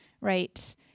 right